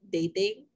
dating